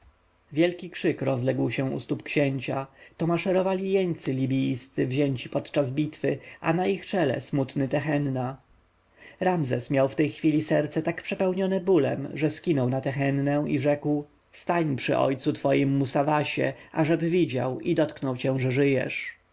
wielki krzyk rozległ się u stóp księcia to maszerowali jeńcy libijscy wzięci podczas bitwy a na ich czele smutny tehenna ramzes miał w tej chwili serce tak przepełnione bólem że skinął na tehennę i rzekł stań przy ojcu twoim musawasie ażeby widział i dotknął cię że żyjesz